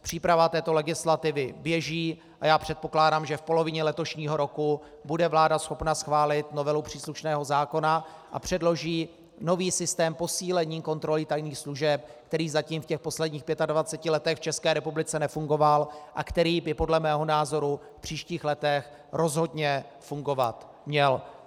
Příprava této legislativy běží a já předpokládám, že v polovině letošního roku bude vláda schopna schválit novelu příslušného zákona a předloží nový systém posílení kontroly tajných služeb, který zatím v těch posledních 25 letech v České republice nefungoval a který by podle mého názoru v příštích letech rozhodně fungovat měl.